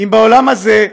בעולם הזה,